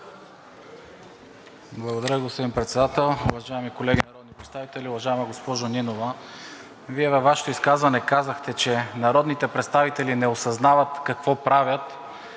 Благодаря, господин Председател. Уважаеми колеги народни представители! Уважаема госпожо Нинова, Вие във Вашето изказване казахте, че народните представители не осъзнават какво правят,